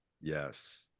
yes